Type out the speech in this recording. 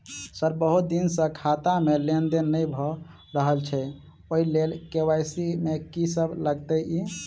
Sir बहुत दिन सऽ खाता मे लेनदेन नै भऽ रहल छैय ओई लेल के.वाई.सी मे की सब लागति ई?